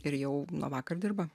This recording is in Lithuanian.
ir jau nuo vakar dirba